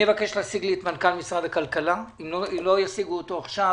להשיג לי את מנכ"ל משרד הכלכלה ואם לא ישיגו אותו עכשיו,